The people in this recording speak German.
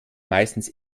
meistens